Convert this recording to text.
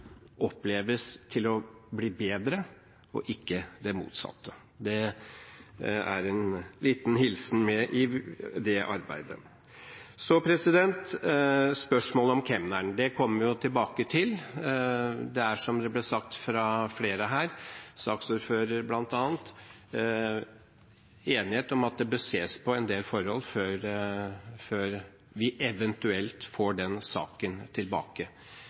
oppleves å bli bedre og ikke det motsatte. Det er en liten hilsen med i det arbeidet. Så til spørsmålet om kemneren. Det kommer vi jo tilbake til. Det er, som det er sagt fra flere her, saksordføreren bl.a., enighet om at det bør ses på en del forhold før vi eventuelt får den saken tilbake.